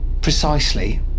Precisely